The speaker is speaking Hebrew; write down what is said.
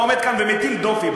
אתה עומד כאן ומטיל בנו דופי,